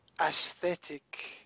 aesthetic